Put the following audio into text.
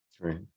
Right